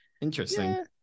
interesting